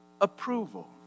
approval